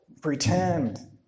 pretend